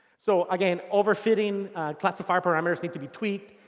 so, again, overfitting classifiers need to be tweaked.